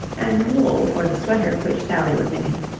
and wool for the sweater which sally was knitting,